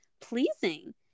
pleasing